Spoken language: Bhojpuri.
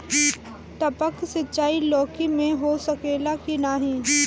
टपक सिंचाई लौकी में हो सकेला की नाही?